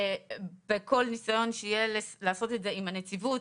בכל ניסיון שיהיה לעשות את זה עם הנציבות,